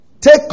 take